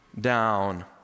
down